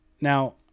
Now